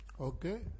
Okay